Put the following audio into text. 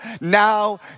now